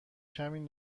کمی